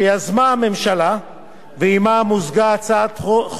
ועמה מוזגה הצעת חוק פרטית שלי,